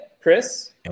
Chris